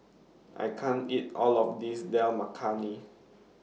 I can't eat All of This Dal Makhani